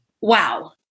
Wow